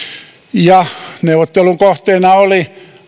ja neuvottelun kohteena oli